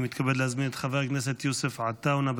אני מתכבד להזמין את חבר הכנסת יוסף עטאונה.